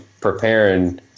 preparing